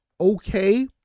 okay